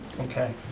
okay.